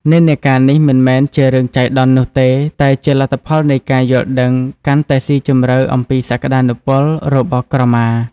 និន្នាការនេះមិនមែនជារឿងចៃដន្យនោះទេ តែជាលទ្ធផលនៃការយល់ដឹងកាន់តែស៊ីជម្រៅអំពីសក្តានុពលរបស់ក្រមា។